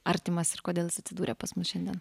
artimas ir kodėl jis atsidūrė pas mus šiandien